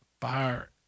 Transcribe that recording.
Fire